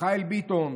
מיכאל ביטון,